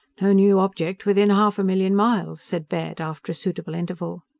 no new object within half a million miles, said baird, after a suitable interval.